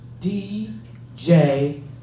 DJ